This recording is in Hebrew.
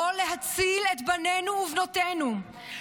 לא להציל את בנינו ובנותינו,